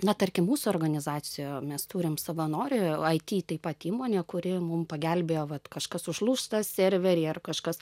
na tarkim mūsų organizacijoje mes turim savanorį it taip pat įmonė kuri mum pagelbėja vat kažkas užlūžta serveriai ar kažkas